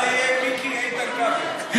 מה יהיה עם מיקי, איתן כבל?